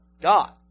God